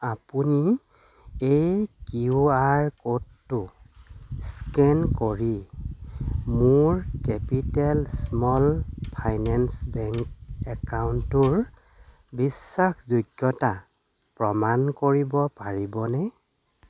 আপুনি এই Q R ক'ডটো স্কেন কৰি মোৰ কেপিটেল স্ম'ল ফাইনেন্স বেংক একাউণ্টটোৰ বিশ্বাসযোগ্যতা প্ৰমাণ কৰিব পাৰিবনে